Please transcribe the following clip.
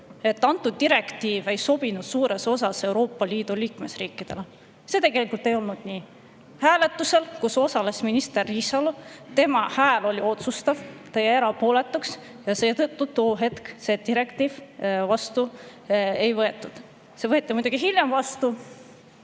et antud direktiiv ei sobinud suurele osale Euroopa Liidu liikmesriikidele. See tegelikult ei olnud nii. Minister Riisalo osales hääletusel, kus tema hääl oli otsustav. Ta jäi erapooletuks ja seetõttu tol hetkel seda direktiivi vastu ei võetud. See võeti muidugi hiljem vastu.